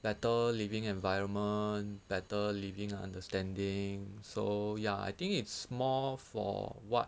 better living environment better living understanding so ya I think it's more for what